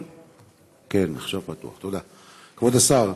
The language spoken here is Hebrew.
כבוד השר,